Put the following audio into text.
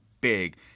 big